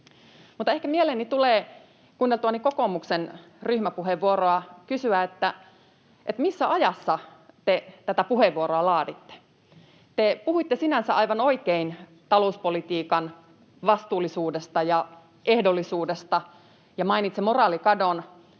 mieleeni tulee — kuunneltuani kokoomuksen ryhmäpuheenvuoroa — kysyä, missä ajassa te tätä puheenvuoroa laaditte. Te puhuitte sinänsä aivan oikein talouspolitiikan vastuullisuudesta ja ehdollisuudesta ja mainitsitte moraalikadon,